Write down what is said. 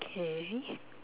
okay